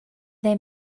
they